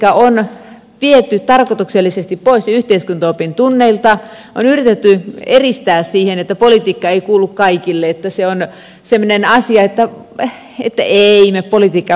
politiikka on viety tarkoituksellisesti pois yhteiskuntaopin tunneilta on yritetty eristää siten että politiikka ei kuulu kaikille että se on semmoinen asia että ei me politiikkaa puhuta koulussa